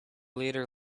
leader